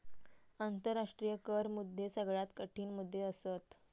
आंतराष्ट्रीय कर मुद्दे सगळ्यात कठीण मुद्दे असत